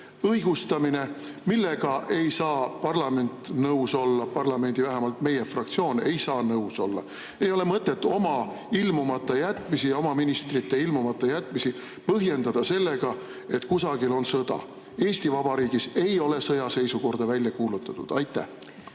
õigustamine, millega ei saa parlament nõus olla, vähemalt meie fraktsioon ei saa nõus olla. Ei ole mõtet oma ilmumata jätmisi ja oma ministrite ilmumata jätmisi põhjendada sellega, et kusagil on sõda. Eesti Vabariigis ei ole sõjaseisukorda välja kuulutatud. Head